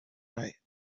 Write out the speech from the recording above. right